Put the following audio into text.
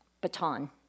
baton